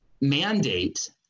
mandate